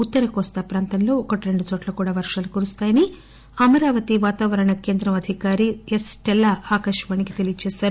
ఉత్తర కోస్తా ప్రాంతంలో ఒకటి రెండుచోట్ల కూడా వర్గాలు కురుస్తాయని అమరావాతి వాతావరణ కేంద్రం అధిపతి ఎక్స్స్టెల్లా ఆకాశవాణికి తెలియజేశారు